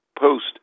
Post